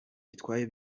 bitwaye